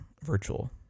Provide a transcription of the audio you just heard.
virtual